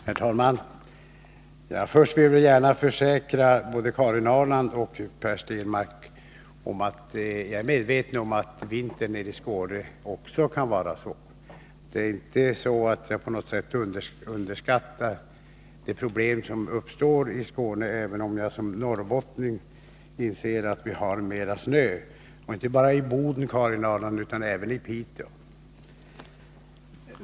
Herr talman! Jag försäkrar både Karin Ahrland och Per Stenmarck att jag är väl medveten om att vintern i Skåne också kan vara svår. Jag underskattar inte på något sätt de problem som uppstår i Skåne, även om jag som norrbottning inser att vi har mer snö inte bara i Boden utan också i Piteå.